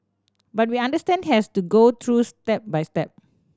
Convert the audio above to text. but we understand has to go through step by step